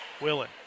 Willen